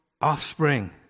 offspring